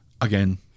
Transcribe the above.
again